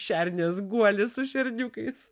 šernės guoly su šerniukais